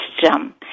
system